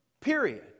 Period